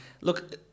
look